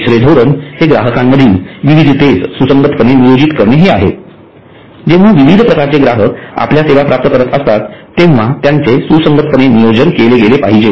तिसरे धोरण हे ग्राहकांमधील विविधतेस सुसंगतपणे नियोजित करणे आहे जेंव्हा विविध प्रकारचे ग्राहक आपल्या सेवा प्राप्त करत असतात तेंव्हा त्यांचे सुसंगतपणे नियोजन केले गेले पाहिजे